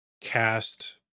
Cast